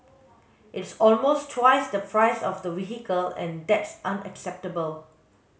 it's almost twice the price of the vehicle and that's unacceptable